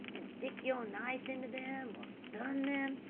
and stick your knife into them, or stun them,